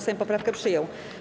Sejm poprawkę przyjął.